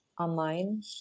online